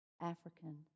African